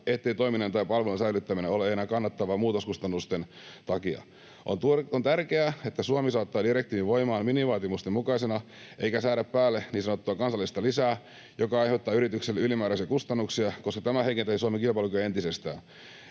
ettei toiminnan tai palvelun säilyttäminen ole enää kannattavaa muutoskustannusten takia. On tärkeää, että Suomi saattaa direktiivin voimaan minimivaatimusten mukaisena eikä säädä päälle niin sanottua kansallista lisää, joka aiheuttaa yrityksille ylimääräisiä kustannuksia, koska tämä heikentäisi Suomen kilpailukykyä entisestään.